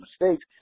mistakes